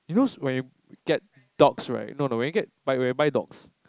you know when you get dogs right no no when you get but buy when you buy dogs